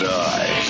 die